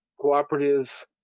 cooperative